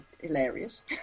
hilarious